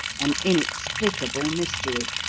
an inexplicable mystery,